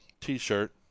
t-shirt